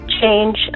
change